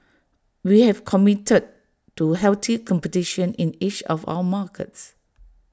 we have committed to healthy competition in each of our markets